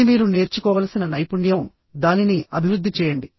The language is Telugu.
ఇది మీరు నేర్చుకోవలసిన నైపుణ్యందానిని అభివృద్ధి చేయండి